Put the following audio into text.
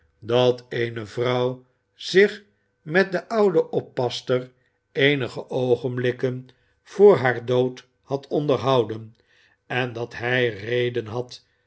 dat eene vrouw zich met de oude oppasster eenige oogenblikken voor haar dood had onderhouden en dat hij reden had